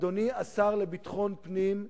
אדוני השר לביטחון פנים,